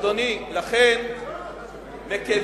אדוני, לכן, מכיוון,